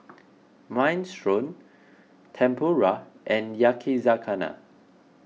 Minestrone Tempura and Yakizakana